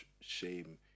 shame